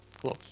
close